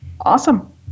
awesome